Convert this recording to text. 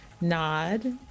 Nod